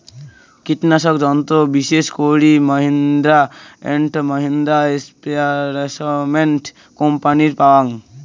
কীটনাশক যন্ত্র বিশেষ করি মাহিন্দ্রা অ্যান্ড মাহিন্দ্রা, স্প্রেয়ারম্যান কোম্পানির পাওয়াং